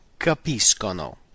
capiscono